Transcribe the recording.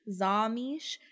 Zamish